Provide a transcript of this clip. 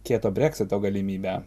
kieto breksito galimybę